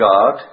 God